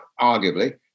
arguably